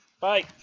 Bye